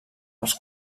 els